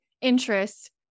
interest